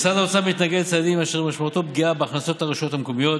משרד האוצר מתנגד לצעדים אשר משמעותם פגיעה בהכנסות הרשויות המקומיות.